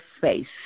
face